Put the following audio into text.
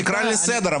תקרא לי לסדר,